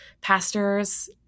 pastors